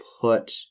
put